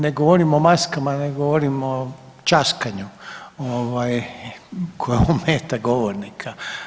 Ne govorim o maskama, nego govorim o časkanju koje ometa govornika.